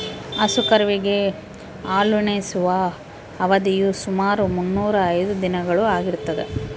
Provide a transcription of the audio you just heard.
ಹಸು ಕರುವಿಗೆ ಹಾಲುಣಿಸುವ ಅವಧಿಯು ಸುಮಾರು ಮುನ್ನೂರಾ ಐದು ದಿನಗಳು ಆಗಿರ್ತದ